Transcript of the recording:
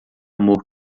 amor